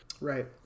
Right